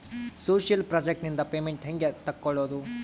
Social project ನಿಂದ payment ಹೆಂಗೆ ತಕ್ಕೊಳ್ಳದು?